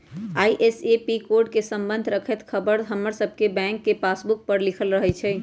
IFSC code से संबंध रखैत ख़बर हमर सभके बैंक के पासबुक पर लिखल रहै छइ